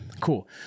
Cool